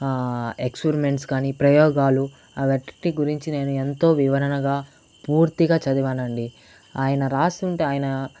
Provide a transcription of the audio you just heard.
experiments కానీ ప్రయోగాలు అవి అటిటి గురించి నేను ఎంతో వివరణగా పూర్తిగా చదివానండి ఆయన రాసి ఉంటే ఆయన